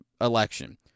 election